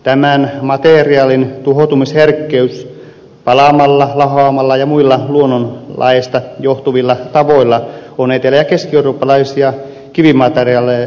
tämän materiaalin tuhoutumisherkkyys palamalla lahoamalla ja muilla luonnonlaeista johtuvilla tavoilla on etelä ja keskieurooppalaisia kivimateriaaleja oleellisesti suurempi